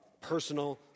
personal